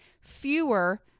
fewer